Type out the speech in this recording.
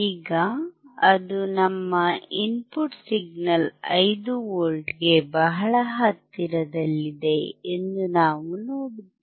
ಈಗ ಅದು ನಮ್ಮ ಇನ್ಪುಟ್ ಸಿಗ್ನಲ್ 5 V ಗೆ ಬಹಳ ಹತ್ತಿರದಲ್ಲಿದೆ ಎಂದು ನಾವು ನೋಡುತ್ತೇವೆ